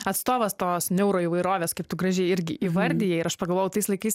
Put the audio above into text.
atstovas tos niauroįvairovės kaip tu gražiai irgi įvardija ir aš pagalvojau tais laikais